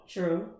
True